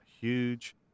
huge